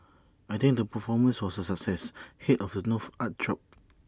I think the performance was A success Head of the North's art troupe